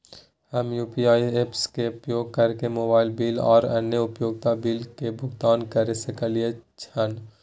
हम UPI apps के उपयोग कैरके मोबाइल बिल आर अन्य उपयोगिता बिल के भुगतान कैर सकलिये हन